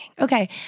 Okay